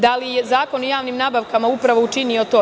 Da li je Zakon o javnim nabavkama upravo učinio to?